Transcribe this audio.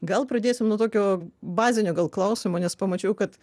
gal pradėsim nuo tokio bazinio gal klausimo nes pamačiau kad